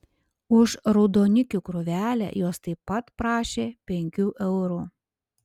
už raudonikių krūvelę jos taip pat prašė penkių eurų